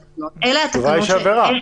התשובה היא שזאת עברה.